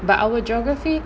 but our geography